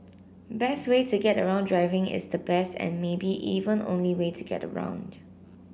best way to get around Driving is the best and maybe even only way to get around